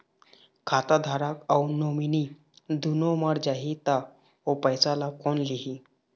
खाता धारक अऊ नोमिनि दुनों मर जाही ता ओ पैसा ला कोन लिही?